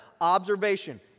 Observation